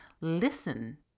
Listen